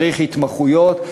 צריך התמחויות,